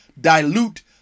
dilute